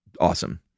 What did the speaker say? awesome